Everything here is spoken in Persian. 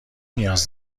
نیاز